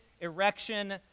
erection